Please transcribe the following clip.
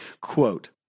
quote